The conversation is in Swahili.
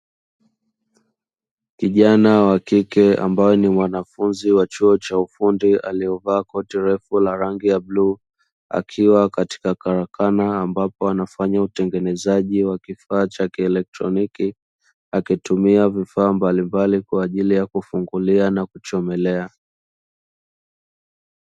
Kijana wa kike ambaye ni mwanafunzi wa chuo cha ufundi, aliyevaa koti refu la rangi ya bluu; akiwa katika karakana ambapo anafanya utengenezaji wa kifaa cha kielektroniki, akitumia vifaa mbalimbali kwa ajili ya kufungulia na kuchomelea.